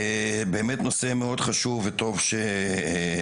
באמת נושא מאד חשוב וטוב שעלה.